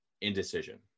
indecision